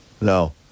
No